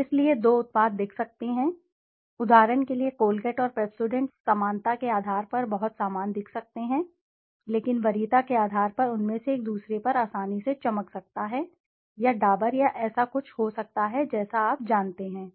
इसलिए दो उत्पाद दिख सकते हैं उदाहरण के लिए कोलगेट और पेप्सोडेंट समानता के आधार पर बहुत समान दिख सकते हैं लेकिन वरीयता के आधार पर उनमें से एक दूसरे पर आसानी से चमक सकता है या डाबर या ऐसा कुछ हो सकता है जैसे आप जानते हैं